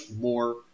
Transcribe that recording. more